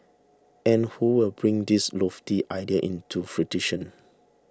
and who will bring these lofty ideas into fruition